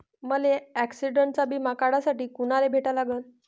मले ॲक्सिडंटचा बिमा काढासाठी कुनाले भेटा लागन?